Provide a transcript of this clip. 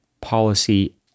policy